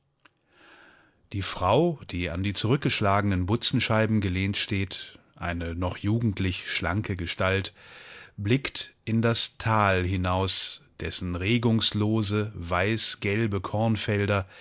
die frau die an die zurückgeschlagenen butzenscheiben gelehnt steht eine noch jugendlich schlanke gestalt blickt in das tal hinaus dessen regungslose weißgelbe kornfelder